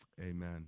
amen